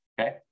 Okay